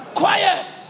quiet